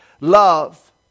love